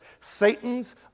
Satan's